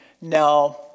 Now